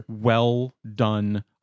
well-done